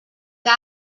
que